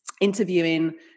interviewing